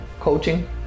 coaching